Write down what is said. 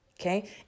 okay